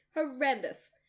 horrendous